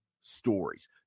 stories